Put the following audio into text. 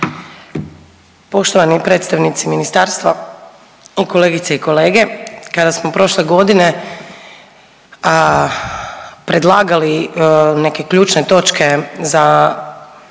Poštovani predstavnici ministarstva i kolegice i kolege, kada smo prošle godine predlagali neke ključne točke za